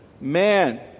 man